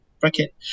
bracket